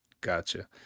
gotcha